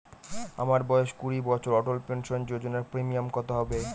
আমার বয়স কুড়ি বছর অটল পেনসন যোজনার প্রিমিয়াম কত হবে?